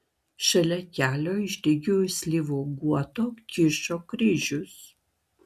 šalia kelio iš dygiųjų slyvų guoto kyšo kryžius